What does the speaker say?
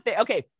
okay